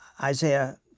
Isaiah